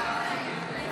(קורא בשמות חברי הכנסת)